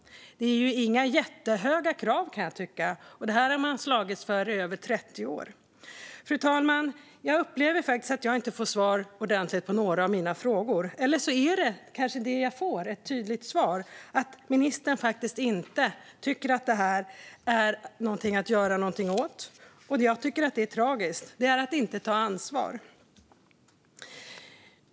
Detta är inga jättehöga krav, kan jag tycka, och detta har man slagits för i över 30 år. Fru talman! Jag upplever inte att jag får ordentligt svar på någon av mina frågor. Eller så är det kanske ett tydligt svar jag får: att ministern faktiskt inte tycker att det här är någonting att göra något åt. Jag tycker att det här är tragiskt. Det är att inte ta ansvar.